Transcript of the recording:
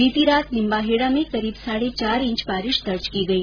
बीती रात निम्बाहेड़ा में करीब साढ़े चार इंच बारिश दर्ज की गई